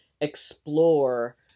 explore